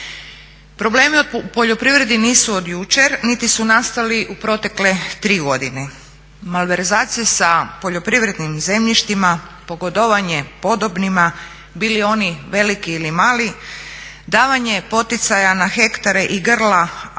Problemi u poljoprivredi nisu od jučer niti su nastali u protekle tri godine. Malverzacije sa poljoprivrednim zemljištima, pogodovanje podobnima, bili oni veliki ili mali, davanje poticaja na hektare i grla,